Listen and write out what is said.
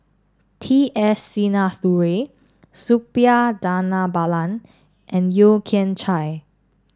T S Sinnathuray Suppiah Dhanabalan and Yeo Kian Chye